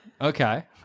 Okay